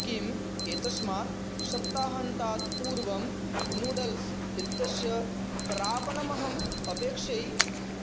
किम् एतस्मात् सप्ताहान्तात् पूर्वं नूड्ल्स् इत्यस्य प्रापणमहम् अपेक्षे